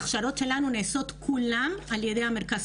הכשרות שלנו נעשות כולן על ידי מרכז